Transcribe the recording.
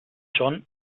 john